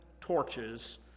torches